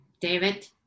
David